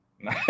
no